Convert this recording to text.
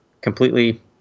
Completely